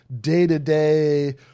day-to-day